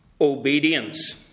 obedience